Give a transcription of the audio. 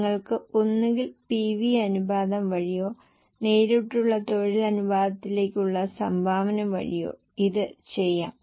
നിങ്ങൾക്ക് ഒന്നുകിൽ PV അനുപാതം വഴിയോ നേരിട്ടുള്ള തൊഴിൽ അനുപാതത്തിലേക്കുള്ള സംഭാവന വഴിയോ ഇത് ചെയ്യാം